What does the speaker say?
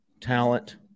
talent